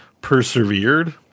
persevered